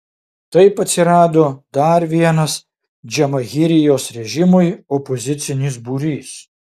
taip atsirado dar vienas džamahirijos režimui opozicinis būrys